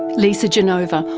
lisa genova,